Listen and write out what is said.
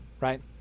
right